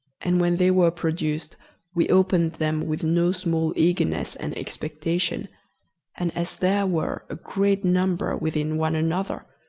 and when they were produced we opened them with no small eagerness and expectation and as there were a great number within one another,